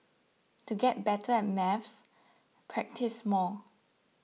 to get better at maths practise more